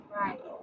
Right